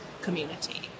community